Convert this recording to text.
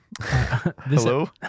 hello